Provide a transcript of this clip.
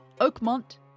oakmont